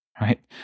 right